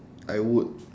I would